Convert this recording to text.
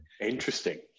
interesting